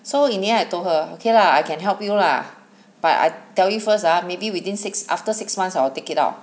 so in the end I told her okay lah I can help you ah but I tell you first ah maybe within six after six months I will take it out